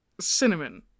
cinnamon